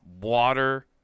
water